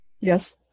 Yes